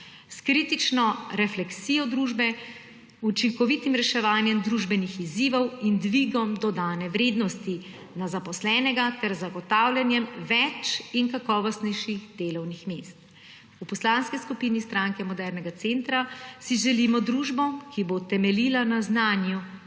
kritično refleksijo družbe, učinkovitim reševanjem družbenih izzivov in dvigom dodane vrednosti na zaposlenega ter zagotavljanjem več in kakovostnejših delovnih mest. V Poslanski skupini Stranke modernega centra si želimo družbo, ki bo temeljila na znanju,